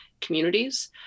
communities